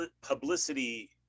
publicity